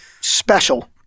special